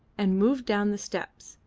and moved down the steps,